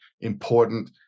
important